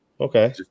Okay